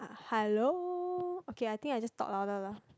hello okay I think I just talk louder lah